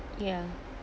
ya